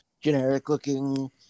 generic-looking